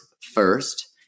first